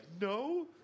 no